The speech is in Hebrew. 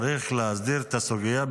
צריך להסדיר את הסוגיה,